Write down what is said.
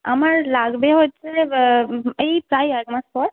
আমার লাগবে হচ্ছে এই প্রায় এক মাস পর